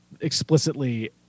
explicitly